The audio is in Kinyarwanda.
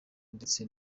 ndetse